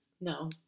no